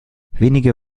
wenige